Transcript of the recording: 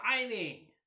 signing